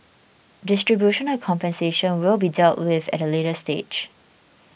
distribution of the compensation will be dealt with at a later stage